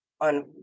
on